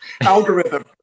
algorithm